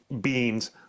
beans